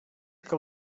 que